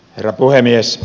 herra puhemies